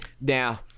Now